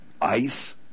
ice